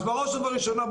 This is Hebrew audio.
אז בראש ובראשונה,